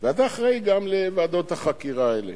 ואתה אחראי גם לוועדות החקירה האלה.